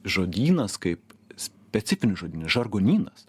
žodynas kaip specifinis žodynas žargonynas